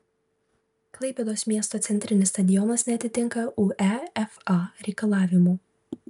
klaipėdos miesto centrinis stadionas neatitinka uefa reikalavimų